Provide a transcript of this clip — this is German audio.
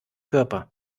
körper